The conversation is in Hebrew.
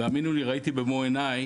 האמינו לי, ראיתי במו עיניי,